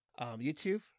youtube